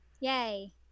Yay